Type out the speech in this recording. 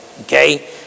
Okay